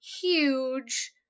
huge